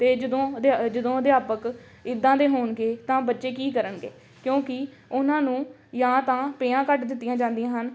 ਅਤੇ ਜਦੋਂ ਅਧਿ ਜਦੋਂ ਅਧਿਆਪਕ ਇੱਦਾਂ ਦੇ ਹੋਣਗੇ ਤਾਂ ਬੱਚੇ ਕੀ ਕਰਨਗੇ ਕਿਉਂਕਿ ਉਹਨਾਂ ਨੂੰ ਜਾਂ ਤਾਂ ਪੇਆਂ ਘੱਟ ਦਿੱਤੀਆਂ ਜਾਂਦੀਆਂ ਹਨ